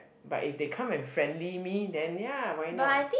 but if they come and friendly me then ya why not